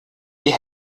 die